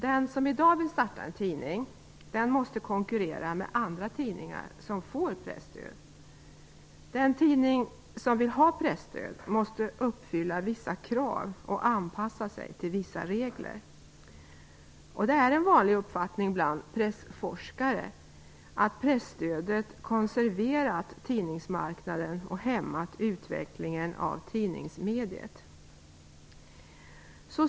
Den som i dag vill starta en tidning måste konkurrera med andra tidningar som får presstöd, och den tidning som vill ha presstöd måste uppfylla vissa krav och anpassa sig till vissa regler. Det är en vanlig uppfattning bland pressforskare att presstödet har konserverat tidningsmarknaden och hämmat utvecklingen av tidningsmediet.